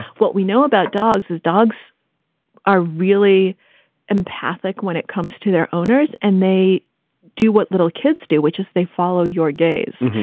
what we know about dogs is dogs are really empathic when it comes to their owners. and they do what little kids do, which is they follow your gaze.